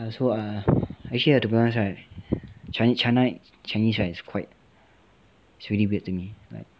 err so err actually to be honest right china chinese right is quite it's really weird to me like